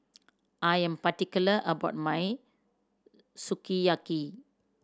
I am particular about my Sukiyaki